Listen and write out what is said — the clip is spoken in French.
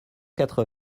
quatre